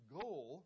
goal